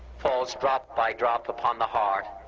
falls drop by drop upon the heart